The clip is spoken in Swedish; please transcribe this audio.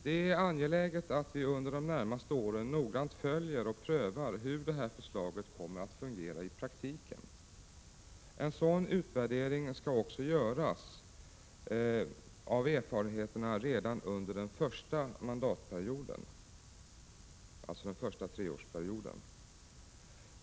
Det är angeläget att vi under de närmaste åren noggrant följer och prövar hur det här förslaget kommer att fungera i praktiken. En sådan utvärdering av erfarenheterna skall också göras redan under den första mandatperioden, alltså den första treårsperioden.